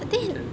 kitten